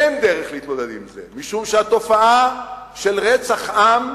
אין דרך להתמודד עם זה, משום שהתופעה של רצח עם,